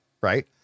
right